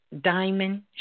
diamond